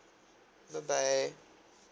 bye bye